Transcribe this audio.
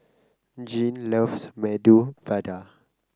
Jeane loves Medu Vada